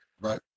Right